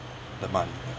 the money